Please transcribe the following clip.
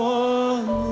one